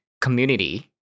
community